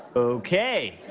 okay.